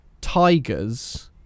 tigers